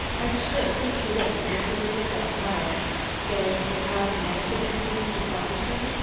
i'm sure if he could have manipulated that car so as to cause an accident to mr. felderson,